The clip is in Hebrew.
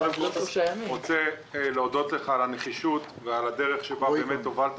אני רוצה להודות לך על הנחישות ועל הדרך שהובלת